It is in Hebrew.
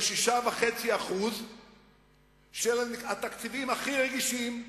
של 6.5% בתקציבים הכי רגישים,